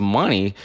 money